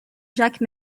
jacques